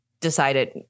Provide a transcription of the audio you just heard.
decided